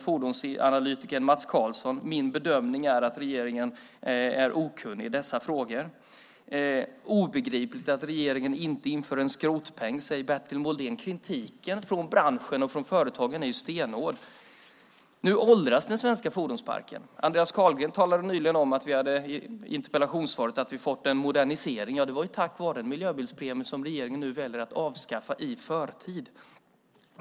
Fordonsanalytikern Mats Carlsson säger: Min bedömning är att regeringen är okunnig i dessa frågor. Det är obegripligt att regeringen inte inför en skrotpeng, säger Bertil Moldén. Kritiken från branschen och företagen är stenhård. Nu åldras den svenska fordonsparken. Andreas Carlgren talade nyligen i interpellationssvaret om att vi har fått en modernisering. Det var tack vare den miljöbilspremie som regeringen nu väljer att avskaffa i förtid.